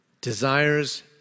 desires